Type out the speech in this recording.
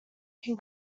can